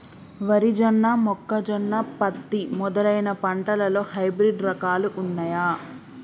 వరి జొన్న మొక్కజొన్న పత్తి మొదలైన పంటలలో హైబ్రిడ్ రకాలు ఉన్నయా?